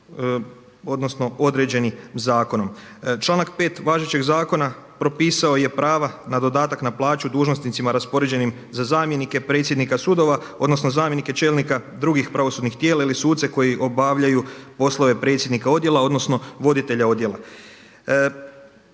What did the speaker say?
odnosno određeni zakonom. Članak 5. važećeg zakona propisao je prava na dodatak na plaću dužnosnicima raspoređenim za zamjenike predsjednika sudova odnosno zamjenike čelnika drugih pravosudnih tijela ili suce koji obavljaju poslove predsjednika odjela odnosno voditelja odjela.